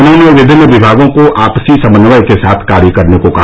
उन्होंने विमिन्न विमागों को आपसी समन्वय के साथ कार्य करने को कहा